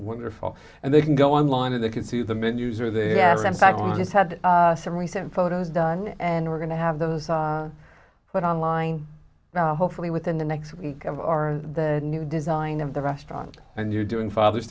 wonderful and they can go online and they can see the menus are there in fact has had some recent photos done and we're going to have those put on line now hopefully within the next week of our the new design of the restaurant and you're doing father's